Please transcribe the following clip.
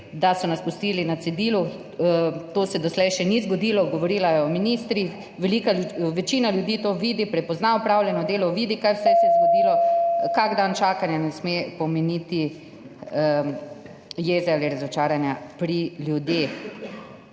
da so nas pustili na cedilu. To se doslej še ni zgodilo.« Govorila je o ministrih. »Velika večina ljudi to vidi, prepozna opravljeno delo, vidi, kaj vse se je zgodilo, kakšen dan čakanja ne sme pomeniti jeze ali razočaranja pri ljudeh.«